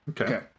Okay